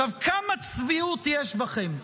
כמה צביעות יש בכם?